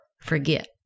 forget